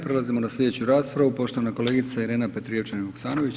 Prelazimo na sljedeću raspravu poštovana kolegica Irena Petrijevčanin-Vuksanović.